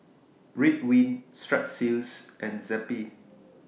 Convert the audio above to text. Ridwind Strepsils and Zappy